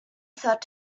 thought